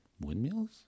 Windmills